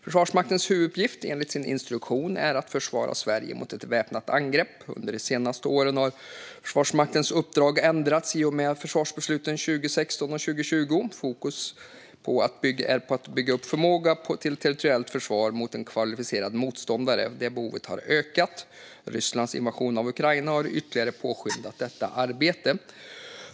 Försvarsmaktens huvuduppgift är, enligt instruktion, att försvara Sverige mot ett väpnat angrepp. Under de senaste åren har Försvarsmaktens uppdrag förändrats i och med försvarsbesluten 2016 och 2020. Fokus på att bygga upp förmåga till territoriellt försvar mot en kvalificerad motståndare har ökat, liksom behovet av detta. Rysslands invasion av Ukraina har ytterligare påskyndat detta arbete.